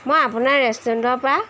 মই আপোনাৰ ৰেষ্টুৰেণ্টৰপৰা